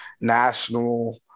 national